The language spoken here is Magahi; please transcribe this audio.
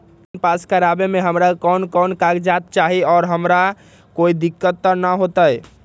लोन पास करवावे में हमरा कौन कौन कागजात चाही और हमरा कोई दिक्कत त ना होतई?